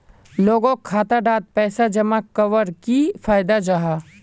लोगोक खाता डात पैसा जमा कवर की फायदा जाहा?